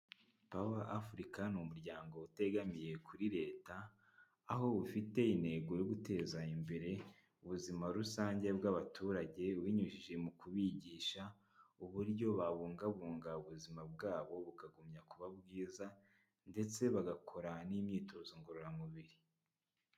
''Power Africa'' ni umuryango utegamiye kuri leta, aho ufite intego yo guteza imbere ubuzima rusange bw'abaturage. Binyujije mu kubigisha uburyo babungabunga ubuzima bwabo bukaguma kuba bwiza, ndetse bagakora n'imyitozo ngororamubiri.